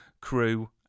crew